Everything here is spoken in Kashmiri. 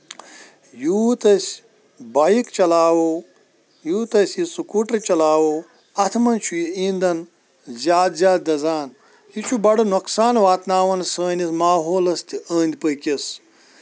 یوٗت أسۍ بایک چلاوو یوٗت أسۍ یہِ سُکوٗٹر چلاوو اَتھ منٛز چھُ یہِ ایٖنٛدَن زیادٕ زیادٕ دَزان یہِ چھُ بَڑٕ نۄقصان واتناوان سٲنِس ماحولس تہِ أنٛدۍ پٔکِس